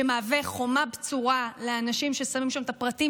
שמהווה חומה בצורה לאנשים ששמים שם את הפרטים